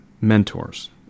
mentors